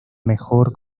mejor